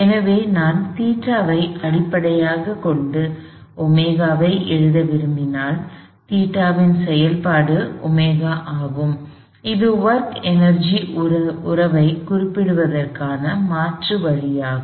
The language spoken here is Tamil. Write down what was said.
எனவே நான் ϴ ஐ அடிப்படையாகக் கொண்டு ω ஐ எழுத விரும்பினால் ϴ இன் செயல்பாடு ω ஆகும் இது ஒர்க் எனர்ஜி உறவைக் குறிப்பிடுவதற்கான மாற்று வழியாகும்